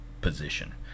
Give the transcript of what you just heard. position